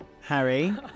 Harry